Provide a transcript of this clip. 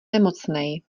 nemocnej